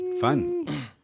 Fun